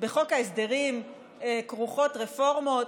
בחוק ההסדרים כרוכות רפורמות,